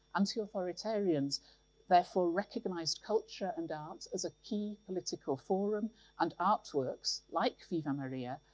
anti-authoritarians therefore recognised culture and arts as a key political forum and artworks, like viva maria,